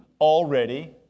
already